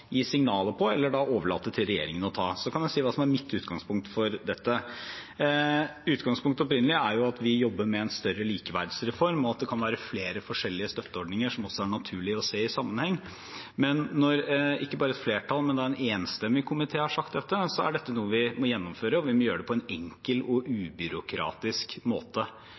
gi signaler om eller overlate til regjeringen å ta. Så kan jeg si hva som er mitt utgangspunkt for dette. Utgangspunktet, opprinnelig, er at vi jobber med en større likeverdsreform, og at det kan være flere forskjellige støtteordninger som det er naturlig å se i sammenheng. Men når ikke bare et flertall, men en enstemmig komité, har sagt dette, er det noe vi må gjennomføre, og vi må gjøre det på en enkel og ubyråkratisk måte.